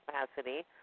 capacity